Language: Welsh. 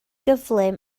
gyflym